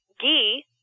ghee